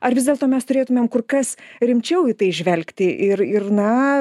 ar vis dėlto mes turėtumėm kur kas rimčiau į tai žvelgti ir ir na